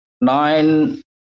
nine